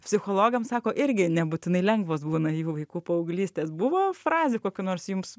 psichologam sako irgi nebūtinai lengvos būna jų vaikų paauglystės buvo frazių kokių nors jums